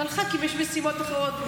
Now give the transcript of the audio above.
אבל לח"כים יש משימות אחרות,